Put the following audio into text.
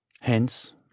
Hence